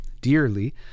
dearly